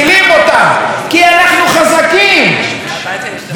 והחוסן של הדמוקרטיה הוא ביכולת שלה